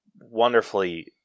wonderfully